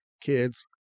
kids